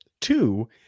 two